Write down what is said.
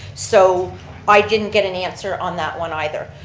so i didn't get an answer on that one either,